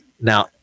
Now